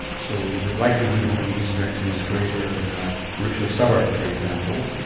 so the likelihood of having a hysterectomy is greater in a richer suburb, for example,